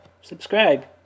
subscribe